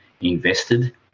invested